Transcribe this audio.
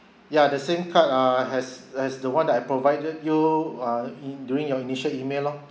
ya the same card uh has has the one that I provided you uh in during your initial email lah